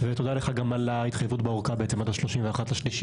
תודה לך גם על ההתחייבות באורכה עד ה-31 במרץ,